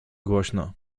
głośno